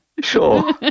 Sure